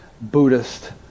Buddhist